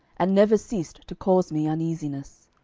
and never ceased to cause me uneasiness.